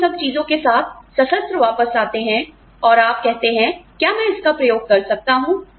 आप इन सभी चीजों के साथ सशस्त्र वापस आते हैं और आप कहते हैं क्या मैं इसका प्रयोग कर सकता हूं